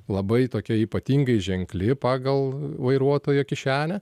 labai tokia ypatingai ženkli pagal vairuotojo kišenę